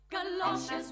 Galoshes